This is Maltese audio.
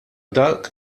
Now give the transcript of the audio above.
dak